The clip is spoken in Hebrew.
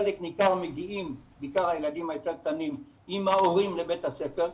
חלק ניכר בעיקר הילדים היותר קטנים מגיעים עם ההורים לבית הספר,